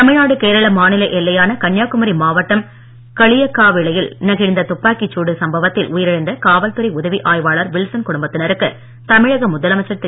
தமிழ்நாடு கேரள மாநில எல்லையான கன்னியாகுமரி மாவட்டம் களியக்காவிளையில் நிகழ்ந்த துப்பாக்கிச் சூடு சம்பவத்தில் உயிரிழந்த காவல்துறை உதவி ஆய்வாளர் வில்சன் குடும்பத்தினருக்கு தமிழக முதலமைச்சர் திரு